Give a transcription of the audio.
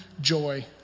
joy